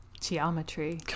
Geometry